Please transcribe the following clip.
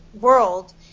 world